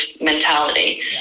mentality